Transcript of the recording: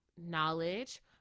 knowledge